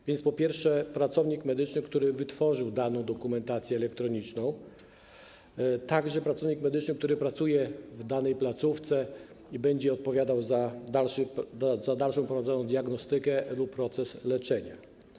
A więc, po pierwsze, pracownik medyczny, który wytworzył daną dokumentację elektroniczną, po drugie, pracownik medyczny, który pracuje w danej placówce i będzie odpowiadał za dalszą prowadzoną diagnostykę lub proces leczenia.